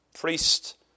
priest